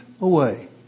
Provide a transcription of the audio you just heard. away